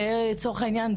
לצורך העניין,